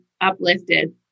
uplifted